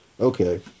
Okay